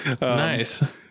nice